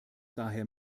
daher